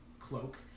cloak